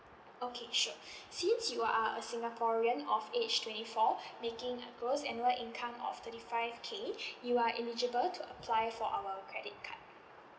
okay sure since you are a singaporean of age twenty four making a gross annual income of thirty five K you are eligible to apply for our credit card